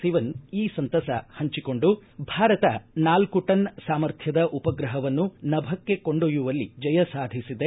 ಸಿವನ್ ಈ ಸಂತಸ ಹಂಚಿಕೊಂಡು ಭಾರತ ನಾಲ್ಕು ಟನ್ ಸಾಮರ್ಥ್ಯದ ಉಪಗ್ರಹವನ್ನು ನಭಕ್ಷೆ ಕೊಂಡೊಯ್ಯುವಲ್ಲಿ ಜಯ ಸಾಧಿಸಿದೆ